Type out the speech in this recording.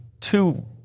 two